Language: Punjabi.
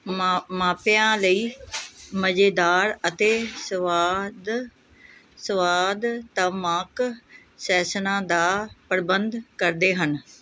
ਮਾ ਮਾਪਿਆਂ ਲਈ ਮਜ਼ੇਦਾਰ ਅਤੇ ਸੰਵਾਦ ਸੁਆਦ ਤਮਾਕ ਸੈਸ਼ਨਾਂ ਦਾ ਪ੍ਰਬੰਧ ਕਰਦੇ ਹਨ